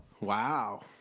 Wow